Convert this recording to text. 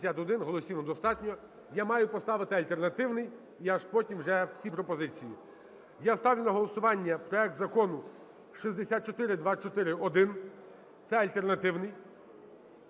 Я маю поставити альтернативний, і аж потім вже всі пропозиції. Я ставлю на голосування проект Закону 6424-1 – це альтернативний.